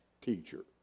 teacher